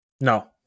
No